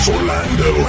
Orlando